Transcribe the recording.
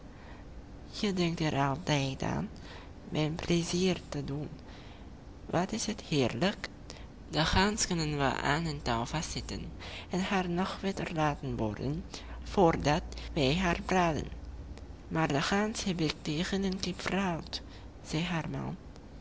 je denkt er altijd aan mij een plezier te doen wat is dat heerlijk de gans kunnen we aan een touw vastzetten en haar nog vetter laten worden voordat wij haar braden maar de gans heb ik tegen een kip verruild zei haar man